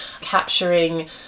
capturing